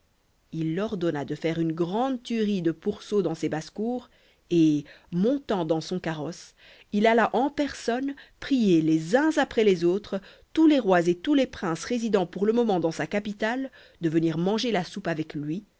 il ordonna de faire une grande tuerie de pourceaux dans ses basses-cours et montant dans son carrosse il alla en personne prier les uns après les autres tous les rois et tous les princes résidant pour le moment dans sa capitale de venir manger la soupe avec lui